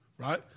Right